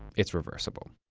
it's reversible.